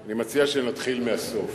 אני מציע שנתחיל מהסוף.